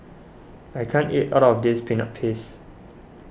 I can't eat all of this Peanut Paste